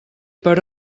per